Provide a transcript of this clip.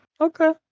Okay